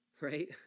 right